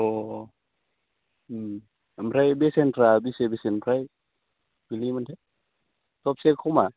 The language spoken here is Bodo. अ ओमफ्राय बेसेनफ्रा बेसे बेसे ओमफ्राय बिनि मोनथाय सबसे खमा